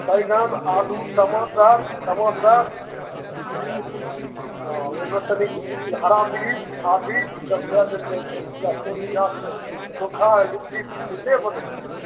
बैगन आलू टमाटर टमाटर हॅं ओहिमे कनी घी हरा मिरिच आदि ई सब दऽ देल जाई छै लहसुन प्याज चोखा आ लिट्टी तऽ खाइते बनै छै